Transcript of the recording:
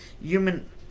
human